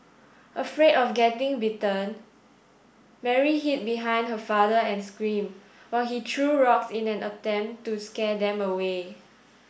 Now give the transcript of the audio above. afraid of getting bitten Mary hid behind her father and screamed while he threw rocks in an attempt to scare them away